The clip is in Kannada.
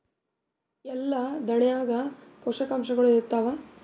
ಎಲ್ಲಾ ದಾಣ್ಯಾಗ ಪೋಷಕಾಂಶಗಳು ಇರತ್ತಾವ?